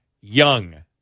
young